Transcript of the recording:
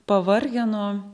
pavargę nuo